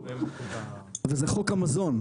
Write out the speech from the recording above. וזה חוק המזון,